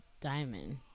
diamond